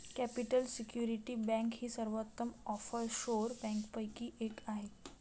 capital security bank ही सर्वोत्तम offshore बँकांपैकी एक आहे